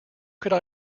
could